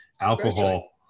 Alcohol